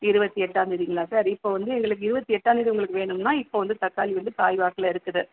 இருபத்தி எட்டாந்தேதிங்களா சார் இப்போ வந்து எங்களுக்கு இருபத்தி எட்டாந்தேதி உங்களுக்கு வேணும்னா இப்போ வந்து தக்காளி வந்து காய் வாக்கில் இருக்குது